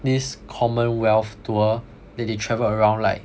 this commonwealth tour that they travel around like